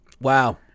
Wow